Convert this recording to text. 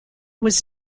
was